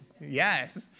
Yes